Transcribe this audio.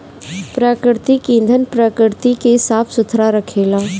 प्राकृतिक ईंधन प्रकृति के साफ सुथरा रखेला